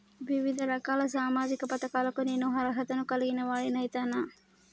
వివిధ రకాల సామాజిక పథకాలకు నేను అర్హత ను కలిగిన వాడిని అయితనా?